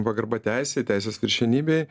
pagarba teisei teisės viršenybei